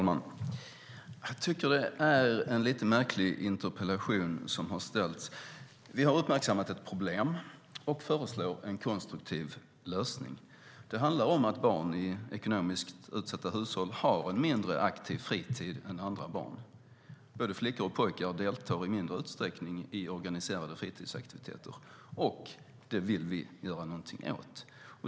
Herr talman! Det är en lite märklig interpellation som har ställts. Vi har uppmärksammat ett problem och föreslår en konstruktiv lösning. Det handlar om att barn i ekonomiskt utsatta hushåll har en mindre aktiv fritid än andra barn. Både flickor och pojkar deltar i mindre utsträckning i organiserade fritidsaktiviteter, och det vill vi göra någonting åt.